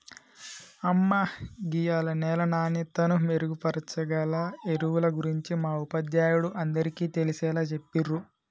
అమ్మ గీయాల నేల నాణ్యతను మెరుగుపరచాగల ఎరువుల గురించి మా ఉపాధ్యాయుడు అందరికీ తెలిసేలా చెప్పిర్రు